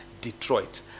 Detroit